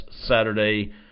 Saturday